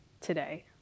today